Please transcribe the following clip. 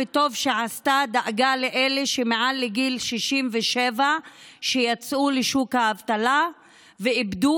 טוב עשתה ודאגה לאלה שמעל לגיל 67 שיצאו לשוק האבטלה ואיבדו